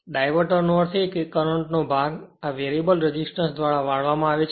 ડાયવર્ટરનો અર્થ એ છે કે કરંટ નો ભાગ આ વેરીએબલ રેઝિસ્ટર દ્વારા વાળવામાં આવે છે